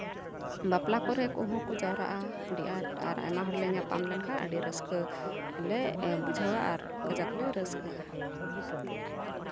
ᱵᱟᱯᱞᱟ ᱠᱚᱨᱮ ᱠᱚᱦᱚᱸᱠᱚ ᱡᱟᱣᱨᱟᱜᱼᱟ ᱟᱹᱰᱤ ᱟᱸᱴ ᱟᱨ ᱟᱭᱢᱟ ᱦᱚᱲᱞᱮ ᱧᱟᱯᱟᱢ ᱞᱮᱱᱠᱷᱟᱱ ᱟᱹᱰᱤ ᱨᱟᱹᱥᱠᱟᱹ ᱞᱮ ᱵᱩᱡᱷᱟᱹᱣᱟ ᱟᱨ ᱠᱟᱡᱟᱠ ᱞᱮ ᱨᱟᱹᱥᱠᱟᱹᱜᱼᱟ